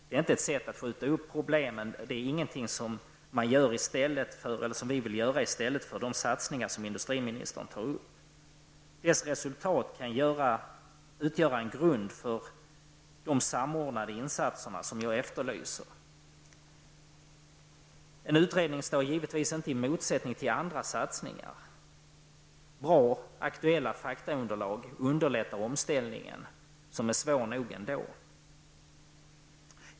Det är inte ett sätt att skjuta upp problemet och inget som vi vill göra i stället för de satsningar som industriministern nämner. Utredningens resultat kan utgöra en grund för de samordnade insatser som jag efterlyser. En utredning står givetvis inte heller i motsättning till andra satsningar. Bra och aktuella faktaunderlag underlättar den omställning som blir svår nog ändå.